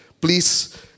please